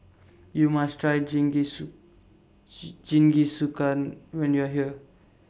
YOU must Try Jingisukan when YOU Are here